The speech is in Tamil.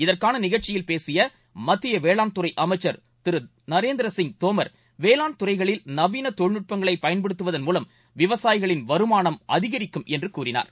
இதற்கானநிகழ்ச்சியில் பேசியமத்தியவேளாண்துறைஅமைச்சர் திருநரேந்திரசிங் தோமர் வேளாண்துறைகளில் நவீனதொழில்நுட்பங்களைபயன்படுத்துவதன் மூலம் விவசாயிகளின் வருமானம் அதிகரிக்கும் என்றுகூறினார்